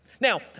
Now